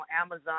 amazon